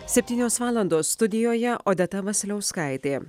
septynios valandos studijoje odeta vasiliauskaitė